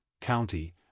county